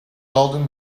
golden